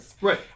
Right